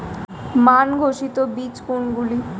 মান ঘোষিত বীজ কোনগুলি?